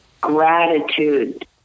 gratitude